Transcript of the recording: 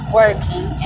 working